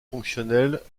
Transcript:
fonctionnelles